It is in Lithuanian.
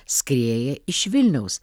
skrieja iš vilniaus